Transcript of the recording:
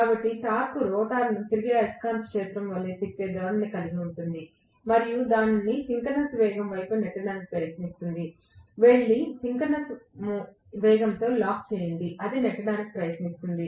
కాబట్టి టార్క్ రోటర్ను తిరిగే అయస్కాంత క్షేత్రం వలె తిప్పే ధోరణిని కలిగి ఉంటుంది మరియు దానిని సింక్రోనస్ వేగం వైపుకు నెట్టడానికి ప్రయత్నిస్తుంది వెళ్లి సింక్రోనస్ వేగంతో లాక్ చేయండి అది నెట్టడానికి ప్రయత్నిస్తుంది